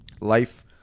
life